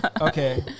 Okay